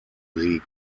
league